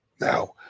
Now